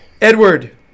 Edward